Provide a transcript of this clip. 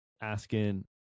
asking